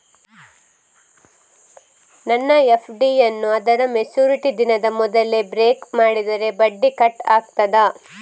ನನ್ನ ಎಫ್.ಡಿ ಯನ್ನೂ ಅದರ ಮೆಚುರಿಟಿ ದಿನದ ಮೊದಲೇ ಬ್ರೇಕ್ ಮಾಡಿದರೆ ಬಡ್ಡಿ ಕಟ್ ಆಗ್ತದಾ?